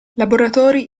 laboratori